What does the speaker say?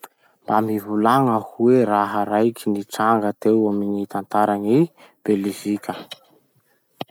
Mba mivolagna hoe raha raiky nitranga teo amy gny tantaran'i Belizika?